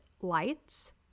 lights